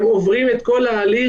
הם עוברים את כל ההליך,